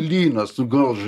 lyną sugaus